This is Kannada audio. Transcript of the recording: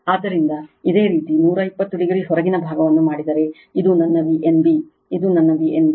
ಆದ್ದರಿಂದ ಇದೇ ರೀತಿ 180 o ಹೊರಗಿನ ಭಾಗವನ್ನು ಮಾಡಿದರೆ ಇದು ನನ್ನ V n b ಇದು ನನ್ನ V n b